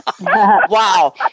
Wow